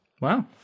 Wow